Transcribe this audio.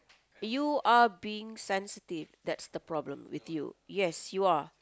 you are being sensitive that's the problem with you yes you are